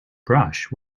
brush